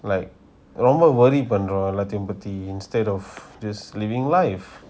like normal worry எல்லாத்தையும் பத்தி:ellathayum pathi instead of just living life